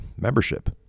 membership